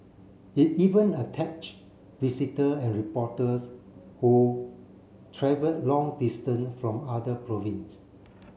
it even attached visitor and reporters who travelled long distance from other province